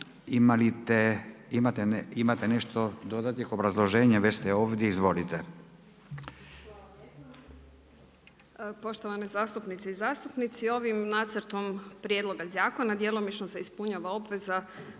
Imate nešto dodatnih obrazloženja, već ste ovdje. Izvolite. **Ivanković Knežević, Katarina** Poštovane zastupnice i zastupnici, ovim nacrtom prijedloga zakona djelomično se ispunjava obveza